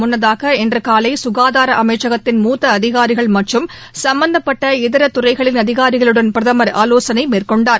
முன்னதாக இன்றுகாலைக்காதாரஅமைக்கத்தின் மூத்தஅதிகாரிகள் மற்றும் சும்மந்தப்பட்ட இதரதுறைகளின் அதிகாரிகளுடன் பிரதமர் ஆலோசனைநடத்தினார்